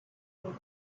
you